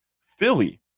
Philly